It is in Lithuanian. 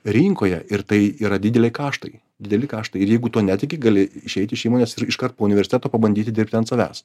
rinkoje ir tai yra didelei karštai dideli kaštai ir jeigu tuo netiki gali išeit iš įmonės ir iškart po universiteto pabandyti dirbti ant savęs